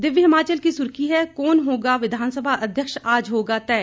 दिव्य हिमाचल की सुर्खी है कौन होगा विधानसभा अध्यक्ष आज होगा तय